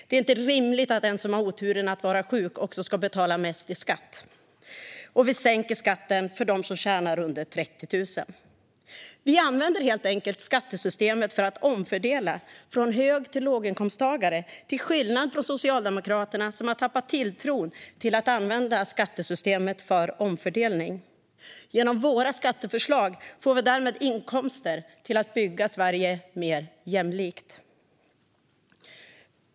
Det är inte rimligt att den som har oturen att vara sjuk också ska betala mest i skatt. Vi sänker dessutom skatten för dem som tjänar under 30 000. Vi använder helt enkelt skattesystemet för att omfördela från hög till låginkomsttagare, till skillnad från Socialdemokraterna som har tappat tilltron till att använda skattesystemet för omfördelning. Genom våra skatteförslag får vi därmed inkomster till att bygga Sverige mer jämlikt.